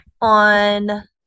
on